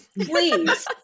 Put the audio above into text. Please